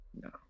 No